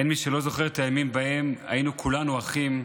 אין מי שלא זוכר את הימים שבהם היינו כולנו אחים,